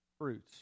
fruits